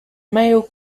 male